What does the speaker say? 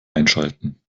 einschalten